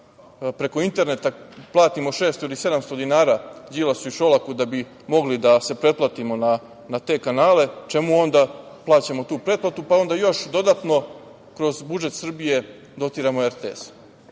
preko interneta platimo 600 ili 700 dinara Đilasu i Šolaku da bi mogli da se pretplatimo na te kanale. Čemu onda plaćamo tu pretplatu i još dodatno kroz budžet Srbije dotiramo RTS?Veoma